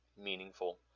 meaningful